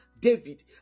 David